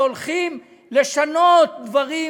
והולכים לשנות דברים,